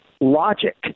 logic